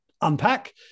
unpack